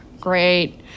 Great